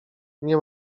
nie